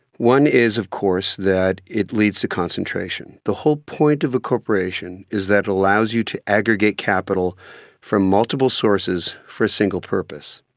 one is of course that it leads to concentration. the whole point of a corporation is that it allows you to aggregate capital from multiple sources for a single purpose.